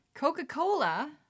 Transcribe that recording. Coca-Cola